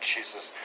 Jesus